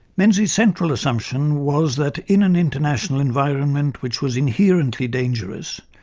menzies' central assumption was that in an international environment which was inherently dangerous,